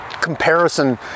comparison